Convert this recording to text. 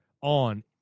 on